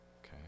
Okay